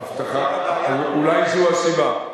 אולי זו הסיבה.